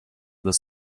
this